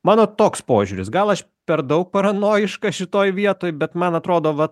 mano toks požiūris gal aš per daug paranojiškas šitoj vietoj bet man atrodo va